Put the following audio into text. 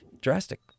drastic